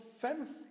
fence